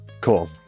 cool